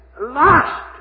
lost